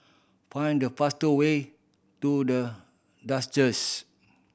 find the fast way to The